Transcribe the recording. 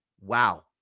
wow